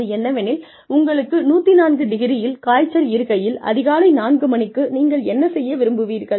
அது என்னவெனில் உங்களுக்கு 104 டிகிரியில் காய்ச்சல் இருக்கையில் அதிகாலை 4 மணிக்கு நீங்கள் என்ன செய்ய விரும்புவீர்கள்